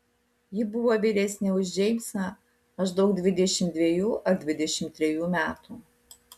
ji buvo vyresnė už džeimsą maždaug dvidešimt dvejų ar dvidešimt trejų metų